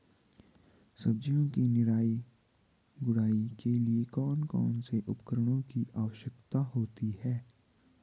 सब्जियों की निराई गुड़ाई के लिए कौन कौन से उपकरणों की आवश्यकता होती है?